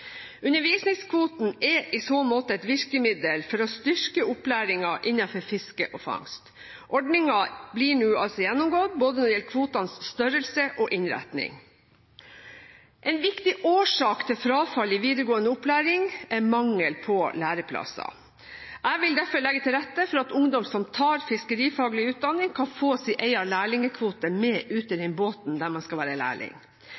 er i så måte et virkemiddel for å styrke opplæringen innenfor fiske og fangst. Ordningen blir nå gjennomgått når det gjelder både kvotenes størrelse og kvotenes innretting. En viktig årsak til frafall i videregående opplæring er mangel på lærlingeplasser. Jeg vil derfor legge til rette for at ungdom som tar fiskerifaglig utdanning, kan få sin egen lærlingekvote med ut i den båten der man skal være lærling.